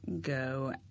go